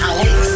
Alex